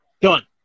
Done